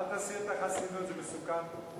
אל תסיר את החסינות, זה מסוכן פה.